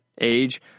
age